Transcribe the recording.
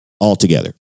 altogether